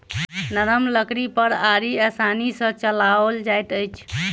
नरम लकड़ी पर आरी आसानी सॅ चलाओल जाइत अछि